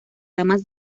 ramas